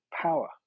power